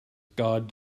god